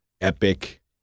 epic